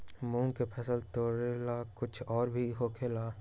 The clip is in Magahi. मूंग के फसल तोरेला कुछ और भी होखेला?